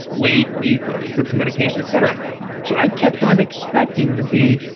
weight need for prescription medication, et cetera so, i kept on expecting to be.